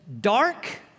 dark